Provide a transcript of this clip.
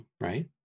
right